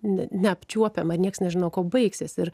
neapčiuopiama niekas nežino kuo baigsis ir